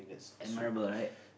admirable right